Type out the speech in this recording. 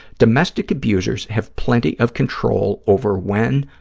domestic abusers have plenty of control over when,